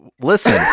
Listen